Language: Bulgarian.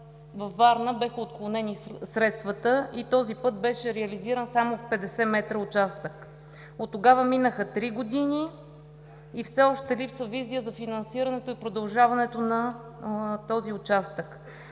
във Варна бяха отклонени средствата и този път беше реализиран само в 50 метра участък. Оттогава минаха три години. Все още липсва визия за финансирането и продължаването на този участък.